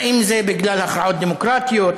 האם זה בגלל הכרעות דמוקרטיות,